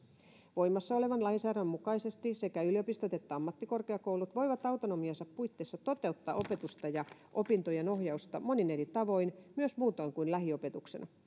voimassa olevan lainsäädännön mukaisesti sekä yliopistot että ammattikorkeakoulut voivat autonomiansa puitteissa toteuttaa opetusta ja opintojen ohjausta monin eri tavoin myös muutoin kuin lähiopetuksena